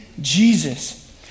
Jesus